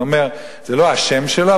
זה אומר שלא השם שלו,